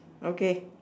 okay